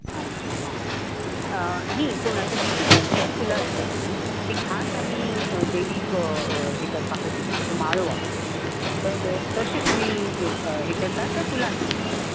अच्छा हां हां न्ही पूण हीं जीं मोगरीची फुलां आसतात न्ही ती खास आमी देवीक हें करपा खातीर तेज्यो माळो वापरतात तर तश्यो तुमी हें करतात काय फुलांच दितात